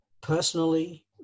personally